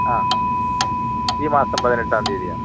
ആ ഈ മാസം പതിനെട്ടാം തീയ്യതിയാ